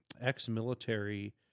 ex-military